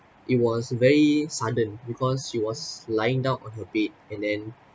it was very sudden because she was lying down on her bed and then